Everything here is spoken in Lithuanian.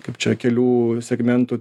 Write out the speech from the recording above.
kaip čia kelių segmentų